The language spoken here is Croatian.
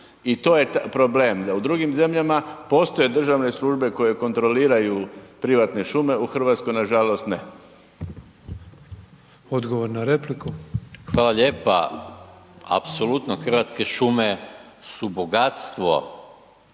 i to je problem. U drugim zemljama postoje državne službe koje kontroliraju privatne šume, u Hrvatskoj nažalost ne. **Petrov, Božo (MOST)** Odgovor na repliku. **Maras, Gordan (SDP)** Hvala lijepa. Apsolutno hrvatske šume su bogatstvo